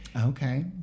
Okay